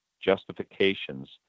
justifications